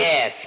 Yes